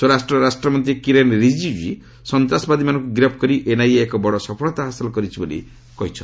ସ୍ୱରାଷ୍ଟ୍ର ରାଷ୍ଟ୍ରମନ୍ତ୍ରୀ କିରେନ୍ ରିଜିକ୍କୁ ସନ୍ତାସବାଦୀମାନଙ୍କୁ ଗିରଫ କରି ଏନ୍ଆଇଏ ଏକ ବଡ ସଫଳତା ହାସଲ କରିଛି ବୋଲି କହିଚ୍ଛନ୍ତି